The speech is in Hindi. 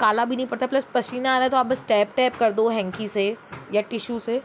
काला भी नहीं पड़ता प्लस पसीना आ रहा है तो आप बस टैब टैब कर दो हैंकी से या टीशु से